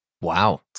Wow